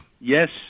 yes